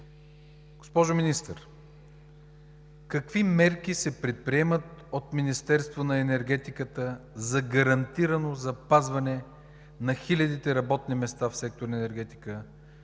Госпожо Министър, какви мерки се предприемат от Министерството на енергетиката за гарантирано запазване на хилядите работни места в сектор „Енергетика“